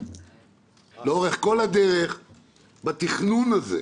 לאורך כל הדרך בתכנון הזה.